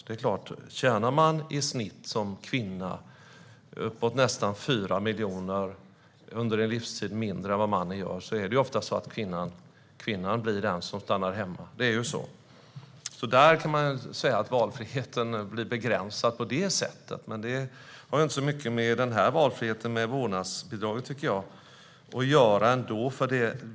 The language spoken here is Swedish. Eftersom kvinnor i snitt tjänar nästan 4 miljoner mindre än vad männen gör under en livstid blir det oftast kvinnorna som stannar hemma. Det är ju så. På det sättet kan man säga att valfriheten blir begränsad, men det har inte så mycket med valfriheten i och med vårdnadsbidraget att göra, tycker jag.